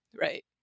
right